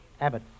Abbott